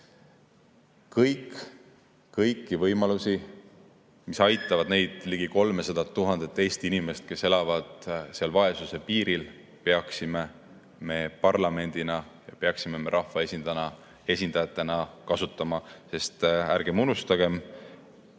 Kõiki võimalusi, mis aitavad neid ligi 300 000 Eesti inimest, kes elavad vaesuse piiril, peaksime me parlamendina, peaksime rahvasesindajatena kasutama. Ärgem unustagem,